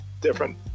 different